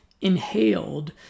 inhaled